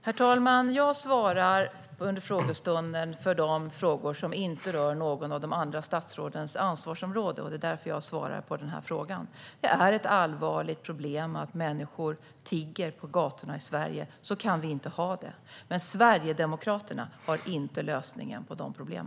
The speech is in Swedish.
Herr talman! Jag svarar under frågestunden för de frågor som inte rör något av de andra statsrådens ansvarsområden. Det är därför jag svarar på denna fråga. Det är ett allvarligt problem att människor tigger på gatorna i Sverige. Så kan vi inte ha det, men Sverigedemokraterna har inte lösningen på detta problem.